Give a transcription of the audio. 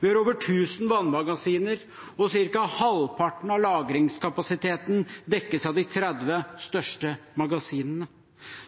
Vi har over 1 000 vannmagasiner, og ca. halvparten av lagringskapasiteten dekkes av de 30 største magasinene.